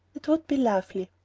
that would be lovely.